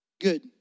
good